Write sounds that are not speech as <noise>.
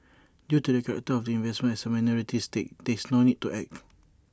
due to the character of investment as A minority stake there's no need to act <noise>